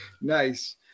Nice